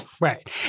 Right